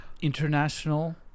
international